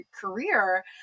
career